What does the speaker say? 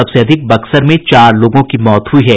सबसे अधिक बक्सर में चार लोगों की मौत हयी है